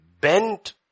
bent